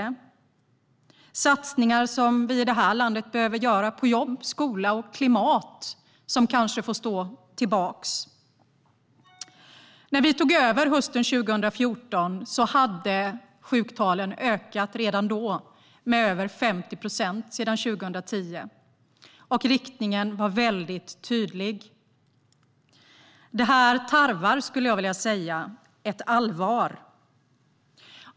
Satsningar som landet behöver göra på jobb, skola och klimat får kanske stå tillbaka. När vi tog över hösten 2014 hade sjuktalen redan då ökat med över 50 procent sedan 2010. Och riktningen var tydlig. Det här tarvar ett allvar.